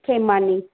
Khemani